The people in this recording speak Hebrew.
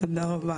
תודה רבה.